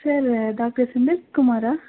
sir doctor செந்தில்குமாரா